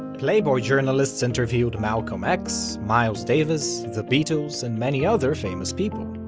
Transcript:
playboy journalists interviewed malcolm x, miles davis, the beatles, and many other famous people.